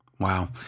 Wow